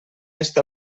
està